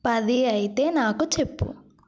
పది అయితే నాకు చెప్పు